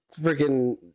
freaking